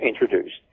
introduced